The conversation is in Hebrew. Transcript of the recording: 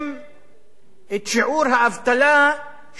את שיעור האבטלה שאתם לא רגילים לו,